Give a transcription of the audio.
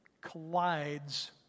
collides